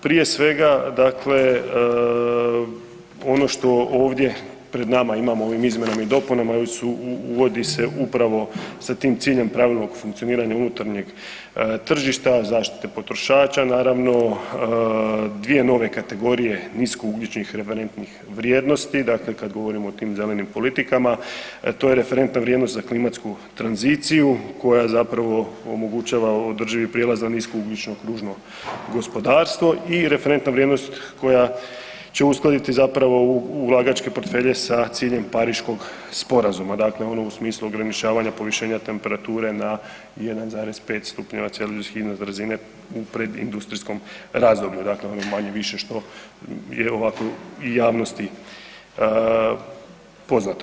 Prije svega, dakle ono što ovdje pred nama imamo u ovim izmjenama i dopunama uvodi se upravo sa tim ciljem pravilnog funkcioniranja unutarnjeg tržišta zaštite potrošača naravno dvije nove kategorije niskougljičnih referentnih vrijednosti, dakle kad govorimo o tom zelenim politikama to je referentna vrijednost za klimatsku tranziciju koja zapravo omogućava održivi prijelaz na niskougljično kružno gospodarstvo i referentna vrijednost koja će uskladiti zapravo ulagačke portfelje sa ciljem Pariškog sporazuma, dakle onog u smislu ograničavanja povišenja temperature na 1,5 stupnjeva celzijusevih … [[Govornik se ne razumije]] brzine u predindustrijskom razdoblju, dakle ono manje-više što je ovako javnosti poznato.